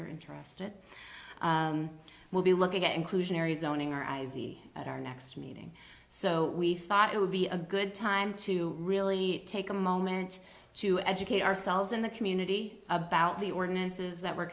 you're interested will be looking at inclusionary zoning or i z at our next meeting so we thought it would be a good time to really take a moment to educate ourselves in the community about the ordinances that we're